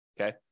okay